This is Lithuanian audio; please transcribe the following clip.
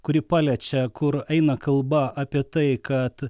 kuri paliečia kur eina kalba apie tai kad